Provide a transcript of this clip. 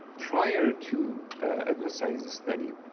prior to edward said's study,